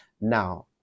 now